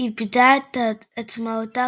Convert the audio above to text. איבדה את עצמאותה,